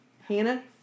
Hannah